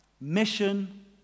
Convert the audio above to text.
Mission